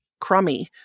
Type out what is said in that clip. crummy